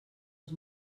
els